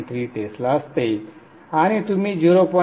3 Tesla असते आणि तुम्ही 0